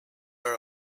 are